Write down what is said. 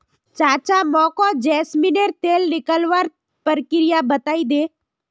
चाचा मोको जैस्मिनेर तेल निकलवार प्रक्रिया बतइ दे